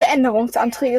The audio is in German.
änderungsanträge